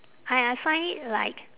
I I find it like